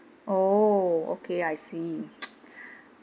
oh okay I see